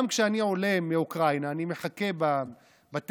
גם כשאני עולה מאוקראינה ואני מחכה בטרמינל,